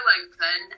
open